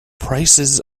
prices